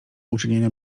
uczynienia